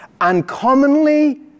uncommonly